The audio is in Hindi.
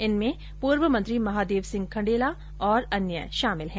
इनमें पूर्व मंत्री महादेव सिंह खंडेला और अन्य शामिल है